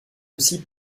aussi